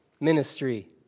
ministry